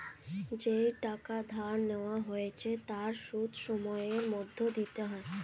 যেই টাকা ধার নেওয়া হয়েছে তার সুদ সময়ের মধ্যে দিতে হয়